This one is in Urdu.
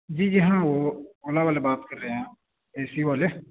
جی جی ہاں وہ اولا والے بات کرہے ہیں اے سی والے